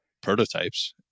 prototypes